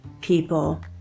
people